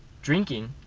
drinking?